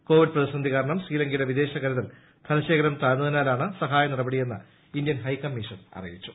Covid പ്രതിസന്ധി കാരണം ശ്രീലങ്കയുടെ വിദേശ കരുതൽ ധനശേഖരം താഴ്ന്നതിനാലാണ് സഹായ നടപടിയെന്ന് ഇന്ത്യൻ ഹൈക്കമ്മീഷൻ അറിയിച്ചു